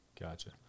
Gotcha